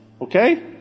okay